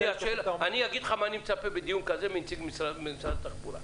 אני אגיד לך למה אני מצפה בדיון כזה מנציג משרד התחבורה.